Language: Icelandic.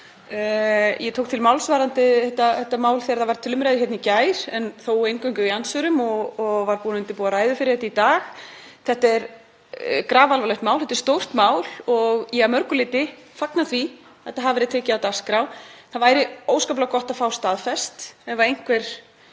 Ég tók til máls varðandi þetta mál þegar það var til umræðu í gær en þó eingöngu í andsvörum og var búin að undirbúa ræðu fyrir þetta í dag. Þetta er grafalvarlegt mál, þetta er stórt mál og að mörgu leyti fagna ég því að þetta hafi verið tekið af dagskrá. Það væri óskaplega gott að fá það staðfest ef einhver